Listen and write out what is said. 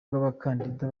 rw’abakandida